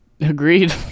Agreed